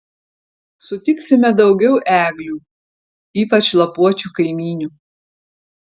sutiksime daugiau eglių ypač lapuočių kaimynių